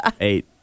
eight